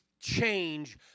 change